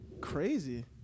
Crazy